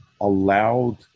allowed